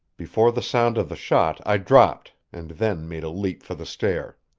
before the sound of the shot i dropped, and then made a leap for the stair.